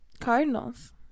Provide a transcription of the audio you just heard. Cardinals